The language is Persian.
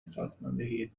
سازماندهی